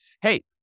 hey